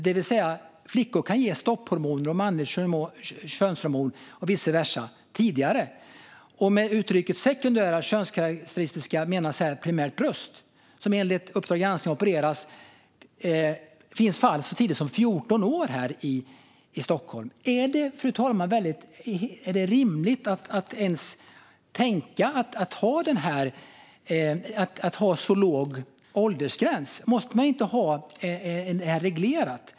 Det vill säga att flickor kan ges stopphormoner och manligt könshormon, och vice versa, tidigare. Med uttrycket "sekundära könskarakteristika" menas här primärt bröst, och enligt Uppdrag granskning finns fall som opererats så tidigt som i 14 års ålder i Stockholm. Fru talman! Är det rimligt att ens tänka att ha så låg åldersgräns? Måste det inte vara reglerat?